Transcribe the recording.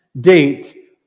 date